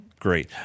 great